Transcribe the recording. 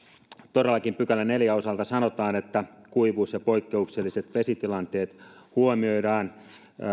todellakin neljännen pykälän osalta sanotaan että kuivuus ja poikkeukselliset vesitilanteet huomioidaan